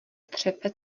třepe